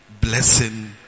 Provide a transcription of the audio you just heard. blessing